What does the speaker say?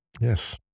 Yes